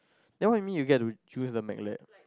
then what you mean you get to use the Mac lab